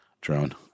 drone